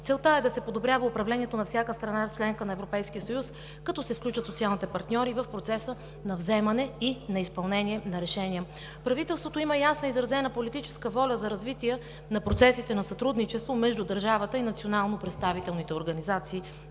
Целта е да се подобрява управлението на всяка страна – членка на Европейския съюз, като се включат социалните партньори в процеса на вземане и на изпълнение на решения. Правителството има ясно изразена политическа воля за развитие на процесите на сътрудничество между държавата и национално представителните организации